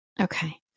Okay